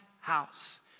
house